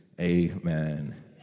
Amen